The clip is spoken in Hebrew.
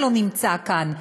שלא נמצא כאן,